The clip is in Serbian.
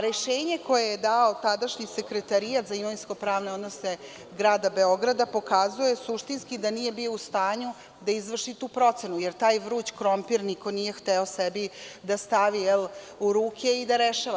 Rešenje koje je dao tadašnji Sekretarijat za imovinsko-pravne odnose Grada Beograda pokazao je suštinski da nije bio u stanju da izvrši to procenu, jer taj vruć krompir niko nije hteo sebi da stavi u ruke i da rešava.